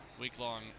Week-long